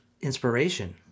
inspiration